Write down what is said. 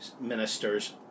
ministers